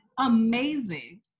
amazing